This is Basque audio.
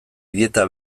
dieta